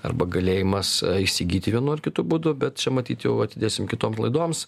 arba galėjimas įsigyti vienu ar kitu būdu bet čia matyt jau atidėsim kitom laidoms